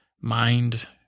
mind